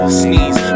sneeze